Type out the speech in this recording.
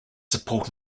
support